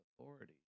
authority